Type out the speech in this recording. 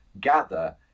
gather